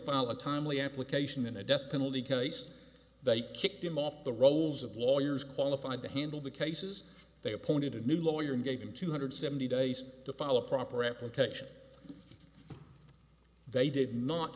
follow a timely application in a death penalty case they kicked him off the rolls of lawyers qualified to handle the cases they appointed a new lawyer and gave him two hundred seventy days to file a proper application they did not